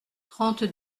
trente